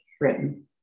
written